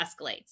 escalates